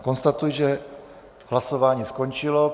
Konstatuji, že hlasování skončilo.